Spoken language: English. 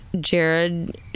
Jared